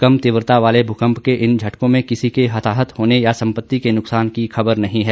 कम तीव्रता वाले भूकंप के इन झटकों में किसी के हताहत होने या संपत्ति के नुकसान की खबर नहीं है